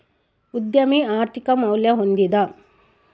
ಉದ್ಯಮಿ ಆರ್ಥಿಕ ಮೌಲ್ಯ ಹೊಂದಿದ